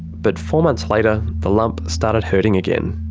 but four months later, the lump started hurting again.